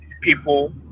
people